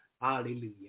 Hallelujah